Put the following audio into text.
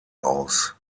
aus